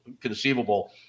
conceivable